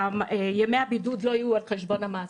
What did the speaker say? ימי הבידוד לא יהיו על חשבון המעסיקים.